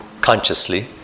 consciously